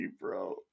bro